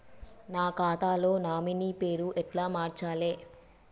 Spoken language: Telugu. నా ఖాతా లో నామినీ పేరు ఎట్ల మార్చాలే?